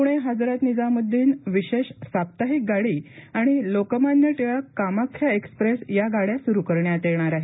प्णे हजरत निजाम्ददीन विशेष साप्ताहिक गाड़ी आणि लोकमान्य शिळक कामाख्या एक्सप्रेस या गाड़या स्रु करण्यात येणार आहेत